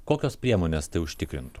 kokios priemonės tai užtikrintų